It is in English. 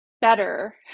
better